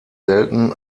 selten